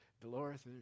Dolores